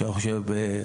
שחשוב.